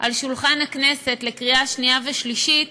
על שולחן הכנסת לקריאה השנייה והשלישית